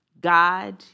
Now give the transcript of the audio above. God